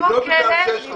היא לא בגלל זה --- כלבת.